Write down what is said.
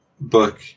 book